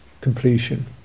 completion